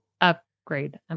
upgrade